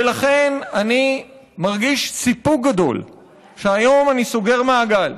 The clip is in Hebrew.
ולכן, אני מרגיש סיפוק גדול שהיום אני סוגר מעגל,